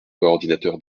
coordinateur